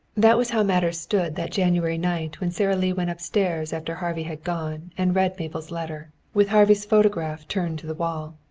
that was how matters stood that january night when sara lee went upstairs after harvey had gone and read mabel's letter, with harvey's photograph turned to the wall.